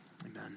amen